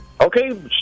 Okay